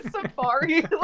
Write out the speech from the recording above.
safari